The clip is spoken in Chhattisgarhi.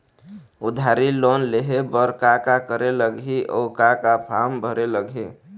उधारी लोन लेहे बर का का करे लगही अऊ का का फार्म भरे लगही?